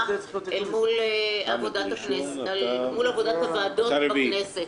מול עבודת הוועדות בכנסת.